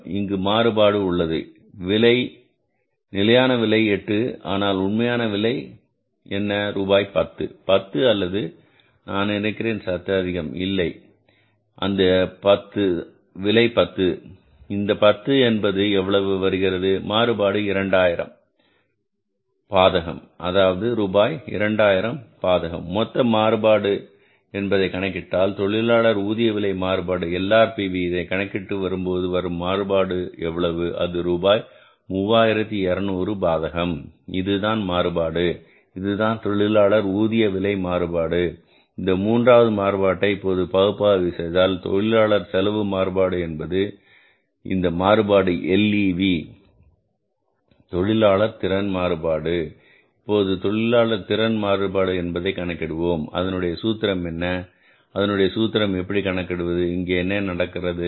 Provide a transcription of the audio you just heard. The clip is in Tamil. எனவே இங்கு மாறுபாடு உள்ளது நிலையான விலை என்ன ரூபாய் 8 ஆனால் உண்மையான விலை என்ன ரூபாய் 10 10 அல்லது நான் நினைக்கிறேன் சற்று அதிகம் இல்லை அந்த விலை 10 நல்லது இந்த 10 என்பது எவ்வளவு வருகிறது மாறுபாடு 2000 பாதகம் ரூபாய் 2000 பாதகம் மொத்த மாறுபாடு என்பதை கணக்கிட்டால் தொழிலாளர் ஊதிய விலை மாறுபாடு LRPV இதை கணக்கிடும்போது வரும் மாறுபாடு எவ்வளவு அது ரூபாய் 3200 பாதகம் இதுதான் மாறுபாடு இதுதான் தொழிலாளர் ஊதிய விலை மாறுபாடு இந்த மூன்றாவது மாறுபாட்டை மேலும் பகுப்பாய்வு செய்தால் தொழிலாளர் செலவு மாறுபாடு மற்றும் இந்த மாறுபாடு LEV தொழிலாளர் திறன் மேம்பாடு மாறுபாடு இப்போது தொழிலாளர் திறன் மாறுபாடு என்பதை கணக்கிடுவோம் அதனுடைய சூத்திரம் என்ன அதனுடைய சூத்திரம் எப்படி கணக்கிடுவது இங்கு என்ன நடக்கிறது